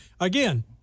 Again